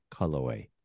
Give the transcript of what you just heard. colorway